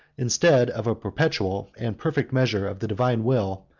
instead of a perpetual and perfect measure of the divine will,